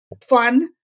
fun